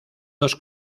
dos